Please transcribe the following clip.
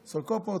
סורוקופוט,